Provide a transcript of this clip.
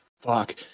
fuck